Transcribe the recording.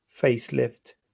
facelift